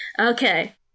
Okay